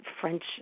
French